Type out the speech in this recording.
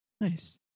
Nice